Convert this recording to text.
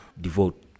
devote